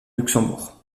luxembourg